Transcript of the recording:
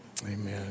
Amen